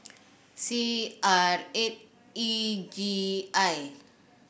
six R eight E G I